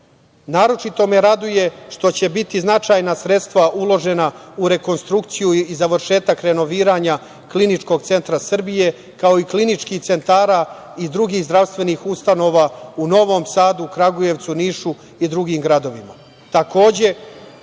života. Naročito me raduje što će biti značajna sredstva uložena u rekonstrukciju i završetak renoviranja Kliničkog centra Srbije, kao i kliničkih centara iz drugih zdravstvenih ustanova u Novom Sadu, Kragujevcu, Nišu i drugim gradovima. Takođe,